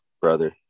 brother